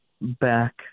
back